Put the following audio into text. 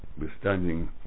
withstanding